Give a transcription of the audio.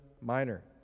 Minor